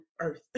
earth